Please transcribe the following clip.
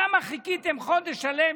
למה חיכיתם חודש שלם,